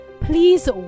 please